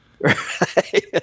Right